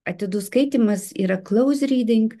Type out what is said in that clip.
atidus skaitymas yra klaus ryding